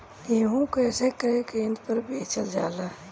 गेहू कैसे क्रय केन्द्र पर बेचल जाला?